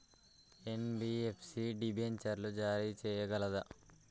NBFC డిబెంచర్లు జారీ చేయగలదా?